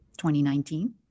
2019